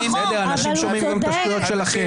אנשים שומעים גם את השטויות שלכם.